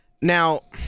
Now